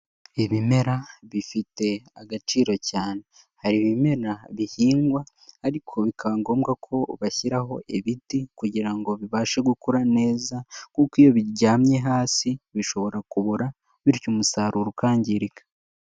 Ibimera bifite agaciro cyane. Hari ibimera bihingwa ariko bikaba ngombwa ko bashyiraho ibiti kugira ngo bibashe gukura neza kuko iyo biryamye hasi bishobora kubora bityo umusaruro ukangirika.